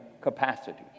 capacity